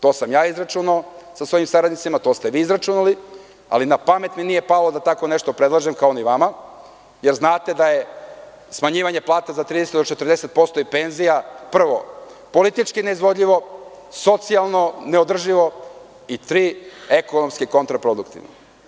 To sam ja izračunao sa svojim saradnicima, to ste i vi izračunali, ali na pamet mi nije palo da tako nešto predložim, kao ni vama, jer znate da je smanjivanje plata i penzija za 30% do 40% prvo politički neizvodljivo, socijalno neodrživo i ekonomski kontraproduktivno.